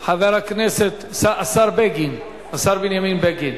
השר בנימין בגין,